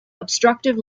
obstructive